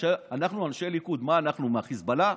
אנחנו אנשי ליכוד, מה, אנחנו מהחיזבאללה?